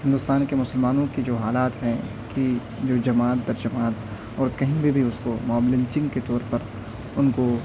ہندوستان کے مسلمانوں کی جو حالات ہیں کہ جو جماعت در جماعت اور کہیں پہ بھی اس کو موب لنچنگ کے طور پر ان کو